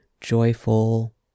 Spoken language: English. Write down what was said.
joyful